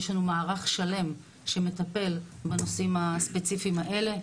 יש לנו מערך שלם שמטפל בנושאים הספציפיים האלה,